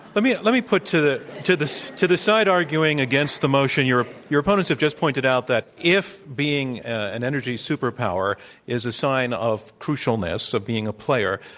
let me let me put to the to the to the side-arguing against the motion. your your opponents have just pointed out that if being an energy superpower is a sign of crucialness of being a player,